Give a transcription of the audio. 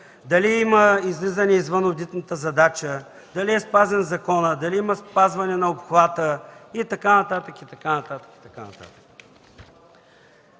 дали има излизане извън одитната задача, дали е спазен законът, дали има спазване на обхвата и така нататък, и така нататък. В заключение,